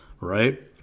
right